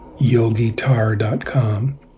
yogitar.com